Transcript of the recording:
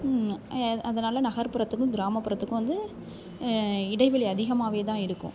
அதனால் நகர்ப்புறத்துக்கும் கிராமப்புறத்துக்கும் வந்து இடைவெளி அதிகமாகவே தான் இருக்கும்